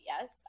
yes